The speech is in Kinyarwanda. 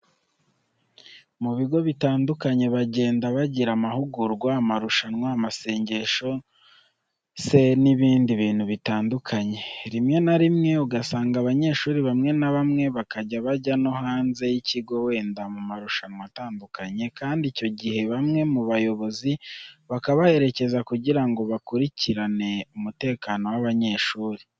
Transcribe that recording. Mu bigo bitandukanye bagenda bagira amahugurwa, amarushanwa, amasengesho se n'ibindi bintu bitandukanye, rimwe na rimwe ugasanga abanyeshuri bamwe na bamwe bakajya bajya no hanze y'ikigo wenda mu marushanwa atandukanye kandi icyo gihe bamwe mu bayobozi bakabaherekeza kugira ngo bakurikirane umutekano w'abanyeshuri.